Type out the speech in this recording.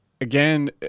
Again